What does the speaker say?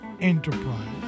enterprise